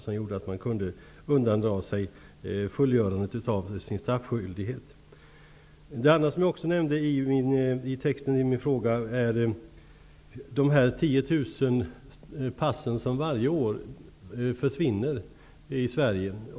Det gjorde att han kunde undandra sig fullgörandet av sin straffskyldighet. Jag nämnde också i min fråga de här tiotusen passen som varje år försvinner i Sverige.